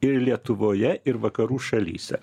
ir lietuvoje ir vakarų šalyse